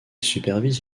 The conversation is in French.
supervise